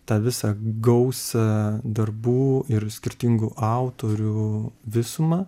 tą visą gausą darbų ir skirtingų autorių visumą